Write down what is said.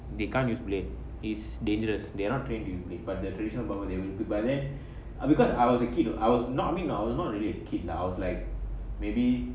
they can't use blade is dangerous they are not trained to use blade but the traditional barber they will but then uh because I was a kid what I was not I mean not I was not really a kid lah I was like maybe